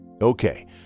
okay